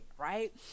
right